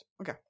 Okay